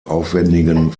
aufwendigen